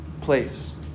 place